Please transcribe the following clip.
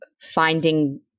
finding